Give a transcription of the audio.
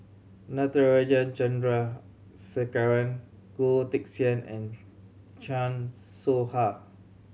Natarajan Chandrasekaran Goh Teck Sian and Chan Soh Ha